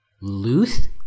Luth